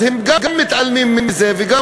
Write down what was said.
גם מתעלמים מזה, גם